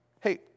Hey